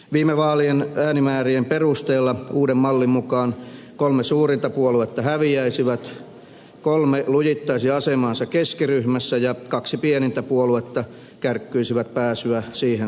viime vaalien äänimäärien perusteella uuden mallin mukaan kolme suurinta puoluetta häviäisi kolme lujittaisi asemaansa keskiryhmässä ja kaksi pienintä puoluetta kärkkyisi pääsyä siihen sarjaan